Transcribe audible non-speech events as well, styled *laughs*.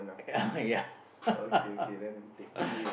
uh yeah *laughs*